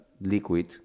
liquid